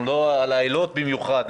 על העילות במיוחד,